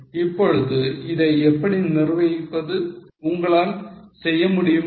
எனவே இப்பொழுது இதை எப்படி நிர்வகிப்பது உங்களால் செய்ய முடியுமா